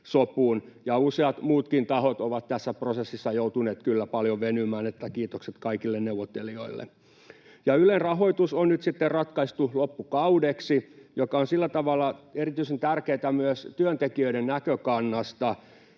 Useat muutkin tahot ovat tässä prosessissa joutuneet kyllä paljon venymään, niin että kiitokset kaikille neuvottelijoille. Ylen rahoitus on nyt sitten ratkaistu loppukaudeksi, mikä on sillä tavalla erityisen tärkeätä myös työntekijöiden näkökannalta.